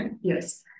yes